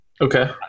Okay